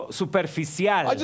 superficial